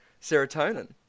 serotonin